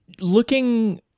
Looking